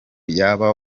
yaba